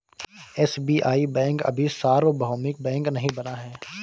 SBI bank अभी सार्वभौमिक bank नहीं बना है